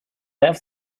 have